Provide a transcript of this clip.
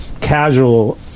casual